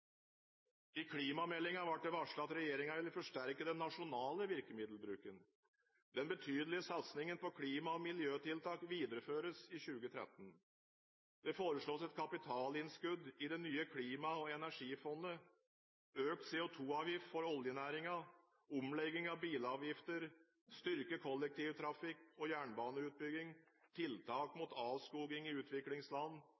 I klimameldingen ble det varslet at regjeringen vil forsterke den nasjonale virkemiddelbruken. Den betydelige satsingen på klima- og miljøtiltak videreføres i 2013. Det foreslås et kapitalinnskudd i det nye klima- og energifondet. Økt CO2-avgift for oljenæringen, omlegging av bilavgifter, styrket kollektivtrafikk og jernbaneutbygging, tiltak